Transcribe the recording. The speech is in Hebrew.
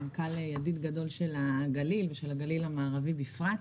המנכ"ל הוא ידיד גדול של הגליל ושל הגליל המערבי בפרט.